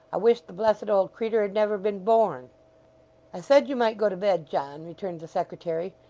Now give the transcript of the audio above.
i wish the blessed old creetur had never been born i said you might go to bed, john returned the secretary.